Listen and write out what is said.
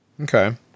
Okay